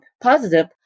positive